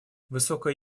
высокая